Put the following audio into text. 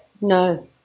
No